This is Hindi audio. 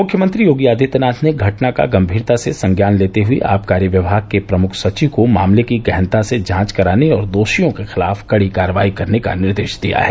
मुख्यमंत्री योगी आदित्यनाथ ने घटना का गंमीरता से संज्ञान लेते हुए आबकारी विभाग के प्रमुख सचिव को मामले की गहनता से जांच कराने और दोषियों के खिलाफ़ कड़ी कार्रवाई का निर्देश दिया है